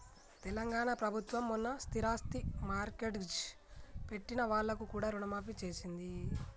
తెలంగాణ ప్రభుత్వం మొన్న స్థిరాస్తి మార్ట్గేజ్ పెట్టిన వాళ్లకు కూడా రుణమాఫీ చేసింది